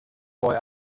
boy